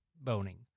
boning